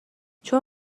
چون